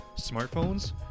smartphones